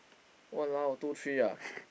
!walao! two three ah